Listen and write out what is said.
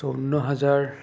চৌৱন্ন হাজাৰ